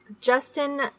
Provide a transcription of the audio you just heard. Justin